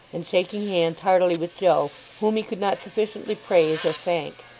and shaking hands heartily with joe, whom he could not sufficiently praise or thank.